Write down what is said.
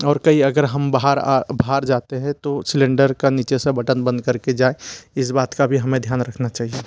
और कहीं अगर हम बाहर बाहर जाते हैं तो सिलेंडर का नीचे से बटन बंद करके जाएं इस बात का भी हमें ध्यान रखना चाहिए